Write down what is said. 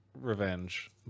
revenge